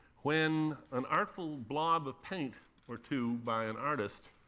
when an artful blob of paint or two, by an artist,